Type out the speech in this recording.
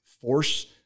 force